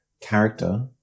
character